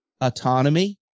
autonomy